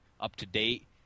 up-to-date